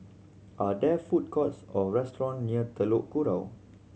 are there food courts or restaurant near Telok Kurau